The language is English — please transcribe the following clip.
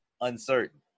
uncertain